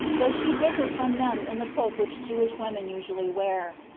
though she dif fered from them in the cloak which jewish women usually wear,